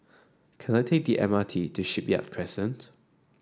can I take the M R T to Shipyard Crescent